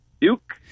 duke